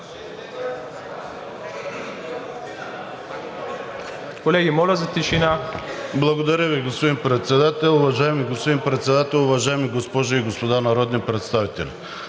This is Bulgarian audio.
Благодаря Ви, господин Председател. Уважаеми господин Председател, уважаеми госпожи и господа народни представители!